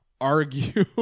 Argue